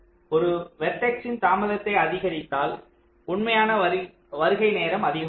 ஒரு வெர்டெக்ஸின் தாமதத்தை அதிகரித்தால் உண்மையான வருகை நேரம் அதிகமாகும்